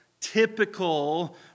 typical